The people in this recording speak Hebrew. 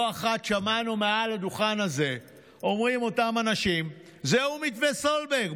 לא אחת שמענו מעל הדוכן הזה שאומרים אותם אנשים: זהו מתווה סולברג,